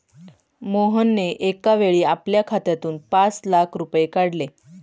मोहनने एकावेळी आपल्या खात्यातून पाच लाख रुपये काढले